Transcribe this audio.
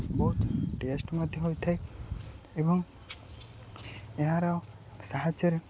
ବହୁତ ଟେଷ୍ଟ୍ ମଧ୍ୟ ହୋଇଥାଏ ଏବଂ ଏହାର ସାହାଯ୍ୟରେ